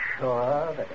sure